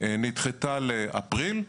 נדחתה לאפריל,